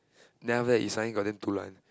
then after that he suddenly got damn dulan